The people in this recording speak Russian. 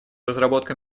разработка